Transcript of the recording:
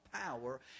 power